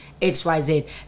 XYZ